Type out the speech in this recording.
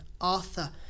Arthur